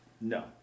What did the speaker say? No